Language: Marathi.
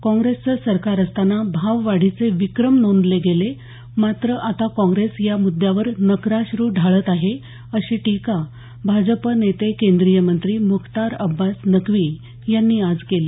काँग्रेसचं सरकार असताना भाववाढीचे विक्रम नोंदले गेले मात्र आता काँग्रेस या मुद्द्यावर नक्राश्रू ढाळत आहे अशी टीका भाजप नेते केंद्रीय मंत्री मुख्तार अब्बास नकवी यांनी आज केली